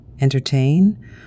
entertain